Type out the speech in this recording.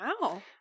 Wow